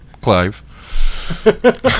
Clive